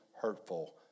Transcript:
hurtful